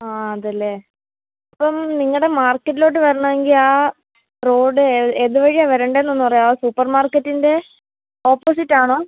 ആ അതല്ലേ ഇപ്പം നിങ്ങളുടെ മാർക്കറ്റിലോട്ട് വരണമെങ്കിൽ ആ റോഡ് ഏത് വഴിയാണ് വരേണ്ടതെന്നൊന്ന് പറയാമോ സൂപ്പർ മാർക്കറ്റിൻ്റെ ഓപ്പസിറ്റാണോ